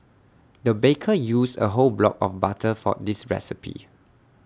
the baker used A whole block of butter for this recipe